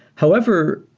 however,